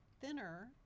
thinner